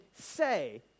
say